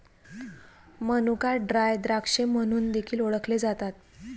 मनुका ड्राय द्राक्षे म्हणून देखील ओळखले जातात